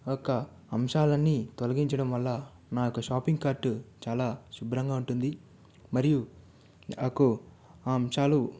ఆ యొక్క అంశాలన్నీ తొలగించడం వల్ల నా యొక్క షాపింగ్ కార్టు చాలా శుభ్రంగా ఉంటుంది మరియు నాకు ఆ అంశాలు